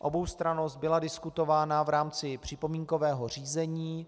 Oboustrannost byla diskutována v rámci připomínkového řízení.